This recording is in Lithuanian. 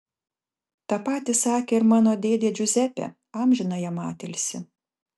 tą patį sakė ir mano dėdė džiuzepė amžiną jam atilsį